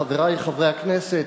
חברי חברי הכנסת,